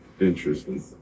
interesting